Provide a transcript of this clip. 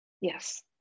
Yes